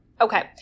Okay